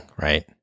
right